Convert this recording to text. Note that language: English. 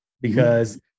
because-